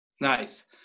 Nice